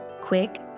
quick